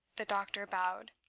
the doctor bowed.